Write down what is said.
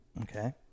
Okay